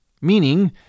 meaning